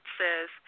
says